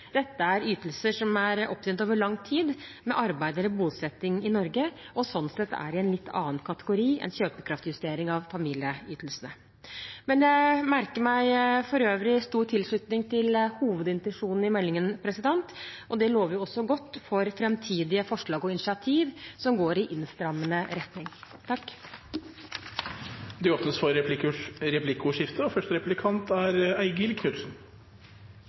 Dette er ytelser som er opptjent over lang tid, med arbeid eller bosetting i Norge, og sånn sett er i en litt annen kategori enn kjøpekraftsjustering av familieytelsene. Men jeg merker meg for øvrig stor tilslutning til hovedintensjonen i meldingen, og det lover også godt for framtidige forslag og initiativ som går i innstrammende retning. Det blir replikkordskifte. Jeg vil starte med å takke statsråden for